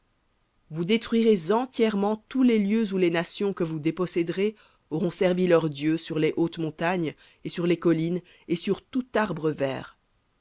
vous détruirez entièrement tous les lieux où les nations que vous déposséderez auront servi leurs dieux sur les hautes montagnes et sur les collines et sous tout arbre vert